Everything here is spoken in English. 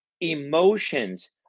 emotions